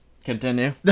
Continue